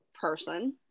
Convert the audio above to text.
person